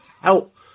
help